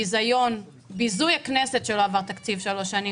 ביזוי הכנסת שלא עבר תקציב שלוש שנים,